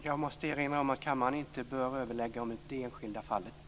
Jag måste erinra om att kammaren inte bör överlägga om det enskilda fallet.